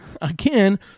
again